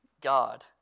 God